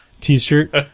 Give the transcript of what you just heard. t-shirt